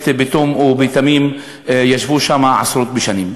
בתום ובתמימות ישבו שם עשרות בשנים.